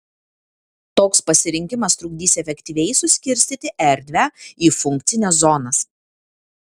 toks pasirinkimas trukdys efektyviai suskirstyti erdvę į funkcines zonas